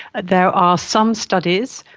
there are some studies,